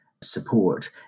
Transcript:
support